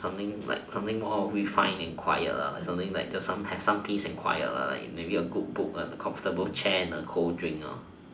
something like something more refined and quiet like something like just have some peace and quiet like maybe a good book a comfortable chair and a cold drink